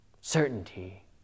Certainty